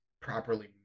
properly